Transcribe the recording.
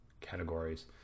categories